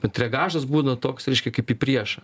bet reagažas būna toks reiškia kaip į priešą